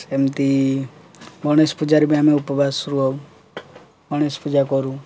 ସେମିତି ଗଣେଶ ପୂଜାରେ ବି ଆମେ ଉପବାସ ରୁହଉ ଗଣେଶ ପୂଜା କରୁ